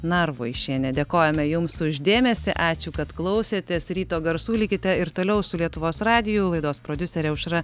narvaišienė dėkojame jums už dėmesį ačiū kad klausėtės ryto garsų likite ir toliau su lietuvos radiju laidos prodiuserė aušra